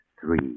three